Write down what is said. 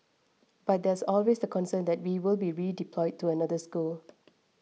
but there is always the concern that we will be redeployed to another school